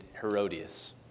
Herodias